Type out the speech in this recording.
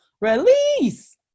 release